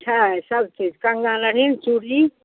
छै सब चीज कंङ्गन अरिन चूरी